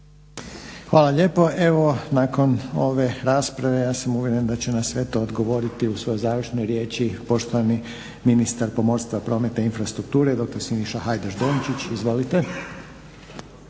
Hvala lijepo. Evo nakon ove rasprave ja sam uvjeren da će na sve to odgovoriti u svojoj završnoj riječi poštovani ministar pomorstva, prometa i infrastrukture doktor Siniša Hajdaš Dončić. Izvolite.